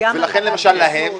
ולכן רק כדי להבין,